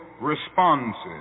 responses